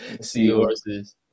Seahorses